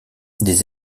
des